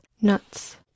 nuts